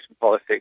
policy